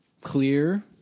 clear